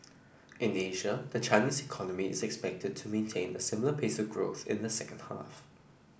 in Asia the Chinese economy is expected to maintain a similar pace of growth in the second half